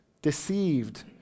Deceived